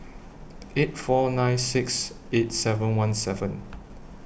eight four nine six eight seven one seven